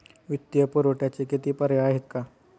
वित्तीय पुरवठ्याचे किती पर्याय आहेत का?